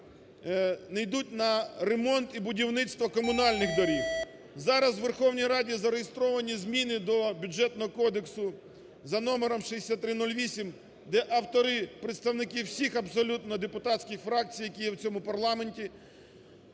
не йдуть на ремонт і будівництво комунальних доріг. Зараз у Верховній Раді зареєстровані зміни до Бюджетного кодексу за номером 6308, де автори представники всіх абсолютно депутатських фракцій, які є в цьому парламенті,